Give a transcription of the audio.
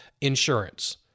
insurance